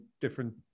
different